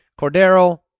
Cordero